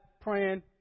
praying